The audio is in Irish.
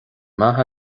mbeatha